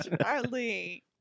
Charlie